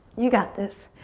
you got this.